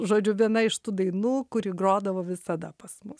žodžiu viena iš tų dainų kuri grodavo visada pas mus